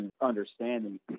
understanding